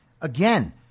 Again